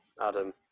Adam